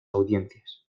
audiencias